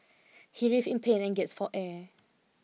he writhed in pain and gasped for air